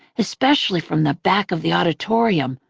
especially from the back of the auditorium,